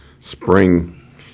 spring